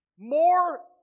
More